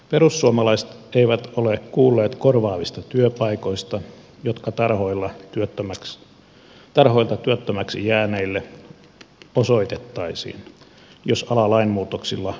perussuomalaiset eivät ole kuulleet korvaavista työpaikoista jotka tarhoilta työttömäksi jääneille osoitettaisiin jos ala lainmuutoksilla lopetettaisiin